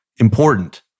important